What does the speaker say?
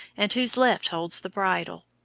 and whose left holds the bridle.